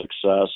success